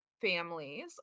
families